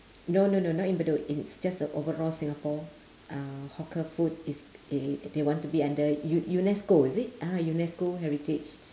no no no not in bedok it's just a overall singapore uh hawker food it's th~ they want to be under U~ UNESCO is it ah UNESCO heritage